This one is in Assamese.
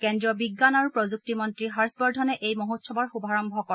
কেন্দ্ৰীয় বিজ্ঞান আৰু প্ৰযুক্তি মন্ত্ৰী হৰ্ষবৰ্ধনে এই মহোৎসৱৰ শুভাৰম্ভ কৰে